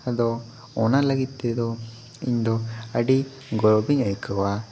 ᱟᱫᱚ ᱚᱱᱟ ᱞᱟᱹᱜᱤᱫ ᱛᱮᱫᱚ ᱤᱧ ᱫᱚ ᱟᱹᱰᱤ ᱜᱚᱨᱚᱵᱤᱧ ᱟᱹᱭᱠᱟᱹᱣᱟ